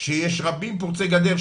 שיש רבים פורצי גדר,